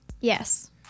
Yes